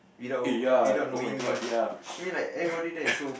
eh ya oh-my-god ya